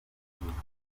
bubiligi